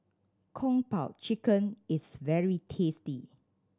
Kung Po Chicken is very tasty